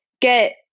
get